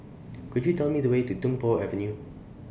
Could YOU Tell Me The Way to Tung Po Avenue